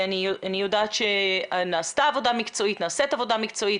אני יודעת שנעשתה עבודה מקצועית,